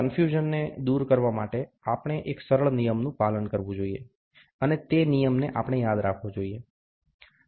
કન્ફ્યુઝનને દૂર કરવા માટે આપણે એક સરળ નિયમનુ પાલન કરવુ જોઇએ અને તે નિયમને આપણે યાદ રાખવો જોઈએ